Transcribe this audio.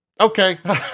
okay